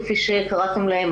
כפי שקראתם להן,